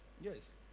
Yes